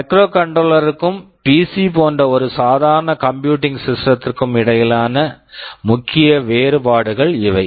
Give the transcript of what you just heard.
microcontroller microcontroller க்கும் PC pc போன்ற ஒரு சாதாரண கம்ப்யூட்டிங் சிஸ்டம் computing system திற்கும் இடையிலான முக்கிய வேறுபாடுகள் இவை